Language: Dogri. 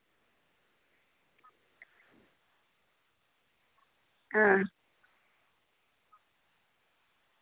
हां